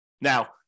Now